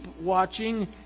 watching